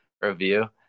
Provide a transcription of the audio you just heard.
review